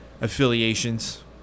affiliations